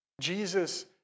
Jesus